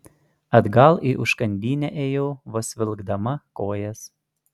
atgal į užkandinę ėjau vos vilkdama kojas